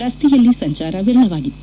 ರಸ್ತೆಯಲ್ಲಿ ಸಂಚಾರ ವಿರಳವಾಗಿತ್ತು